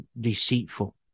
deceitful